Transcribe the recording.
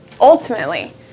ultimately